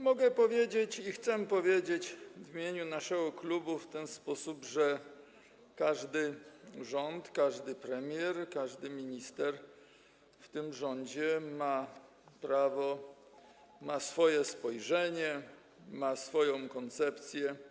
Mogę powiedzieć, i chcę powiedzieć, w imieniu naszego klubu w ten sposób, że każdy rząd, każdy premier, każdy minister w tym rządzie ma prawo mieć i ma swoje spojrzenie i swoją koncepcję.